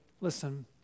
listen